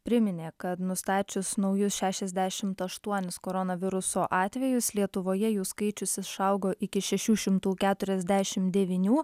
priminė kad nustačius naujus šešiasdešimt aštuonis koronaviruso atvejus lietuvoje jų skaičius išaugo iki šešių šimtų keturiasdešimt devynių